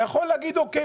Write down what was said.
אתה יכול להגיד: אוקי,